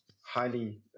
highly